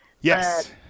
Yes